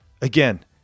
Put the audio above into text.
again